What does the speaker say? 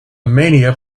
mania